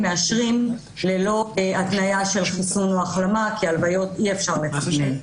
אנחנו מאשרים ללא התניה של חיסון או החלמה כי הלוויות אי אפשר לתכנן.